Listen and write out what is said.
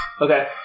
Okay